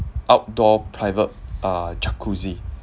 outdoor private uh jacuzzi